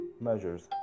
measures